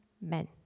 men